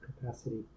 capacity